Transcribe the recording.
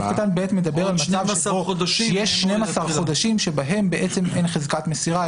סעיף קטן (ב) מדבר על מצב שבו יש 12 חודשים שבהם אין חזקת מסירה,